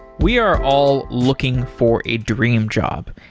we are all looking for a dream job,